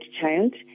child